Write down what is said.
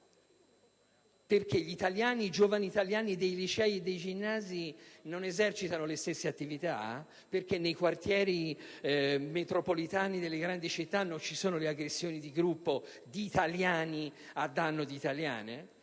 degli stupri? I giovani italiani dei licei e dei ginnasi non esercitano le stesse attività? Nei quartieri metropolitani delle grandi città non ci sono aggressioni di gruppo di italiani a danno di italiane?